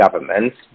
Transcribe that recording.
governments